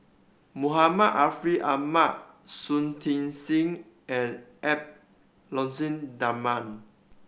Muhammad Ariff Ahmad Shui Tit Sing and Edwy Lyonet Talma